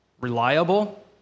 reliable